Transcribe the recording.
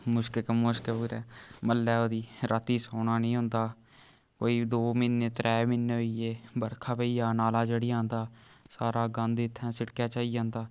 मुश्क गै मुश्क ऐ पूरै म्हल्लै होई दी राती सोना नी होंदा कोई दो म्हीने त्रै म्हीने होई गे बरखा पेई जा नाला चढ़ी आंदा सारा गंद इत्थै सिड़कै च आई जंदा